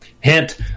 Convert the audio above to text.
Hint